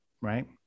right